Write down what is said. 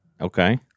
Okay